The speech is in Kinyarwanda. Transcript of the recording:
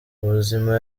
ubuzima